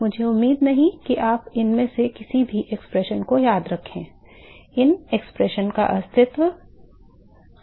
मुझे उम्मीद नहीं कि आप इनमें से किसी भी अभिव्यक्ति को याद रखें इन अभिव्यक्तियों का अस्तित्व होना ही महत्वपूर्ण है